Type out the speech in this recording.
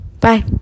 bye